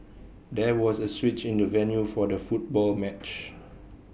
there was A switch in the venue for the football match